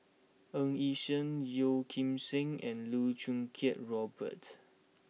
Ng Yi Sheng Yeo Kim Seng and Loh Choo Kiat Robert